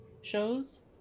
shows